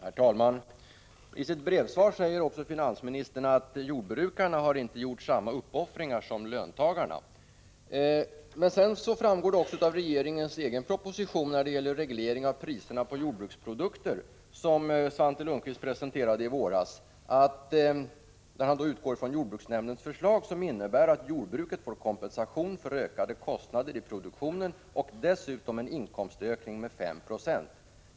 Herr talman! I sitt brevsvar säger också finansministern att jordbrukarna inte gjort samma uppoffringar som löntagarna. Men det framgår av regeringens egen proposition när det gäller reglering av priserna på jordbruksprodukter, som Svante Lundkvist presenterade i våras, att man utgår från jordbruksnämndens förslag som ”innebär att jordbruket får kompensation för ökade kostnader i produktionen och dessutom en inkomstökning med 5 90.